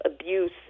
abuse